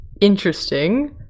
interesting